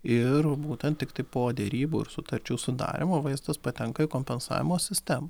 ir būtent tiktai po derybų ir sutarčių sudarymo vaistas patenka į kompensavimo sistem